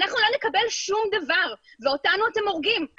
אנחנו לא נקבל שום דבר ואותנו אתם הורגים.